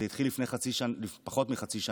זה התחיל לפני פחות מחצי שנה.